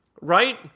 right